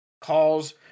calls